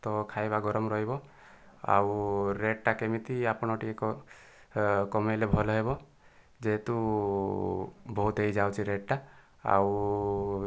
ତ ଖାଇବା ଗରମ ରହିବ ଆଉ ରେଟ୍ଟା କେମିତି ଆପଣ ଟିକିଏ କ କମେଇଲେ ଭଲ ହେବ ଯେହେତୁ ବହୁତ ହୋଇଯାଉଛି ରେଟ୍ଟା ଆଉ